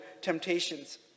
temptations